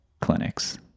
clinics